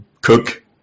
cook